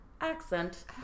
Accent